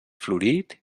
florit